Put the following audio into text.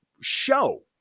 show